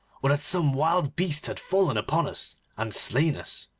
or that some wild beast had fallen upon us and slain us